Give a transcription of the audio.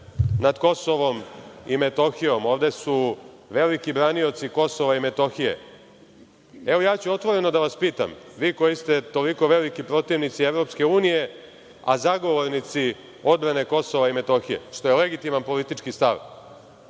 nad Kosovom i Metohijom. Ovde su veliki branioci Kosova i Metohije. Evo, otvoreno ću da vas pitam, vi koji ste toliko veliki protivnici Evropske unije, a zagovornici odbrane Kosova i Metohije, što je legitiman politički stav,